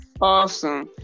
awesome